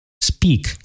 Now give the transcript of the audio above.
Speak